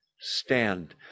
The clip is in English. stand